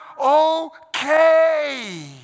okay